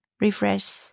refresh